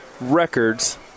records